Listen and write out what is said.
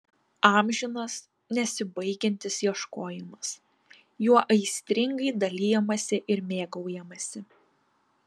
amžinas nesibaigiantis ieškojimas juo aistringai dalijamasi ir mėgaujamasi